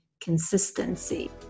consistency